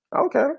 okay